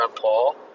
Paul